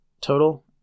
total